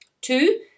Two